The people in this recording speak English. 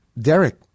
Derek